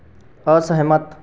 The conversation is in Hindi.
असहमत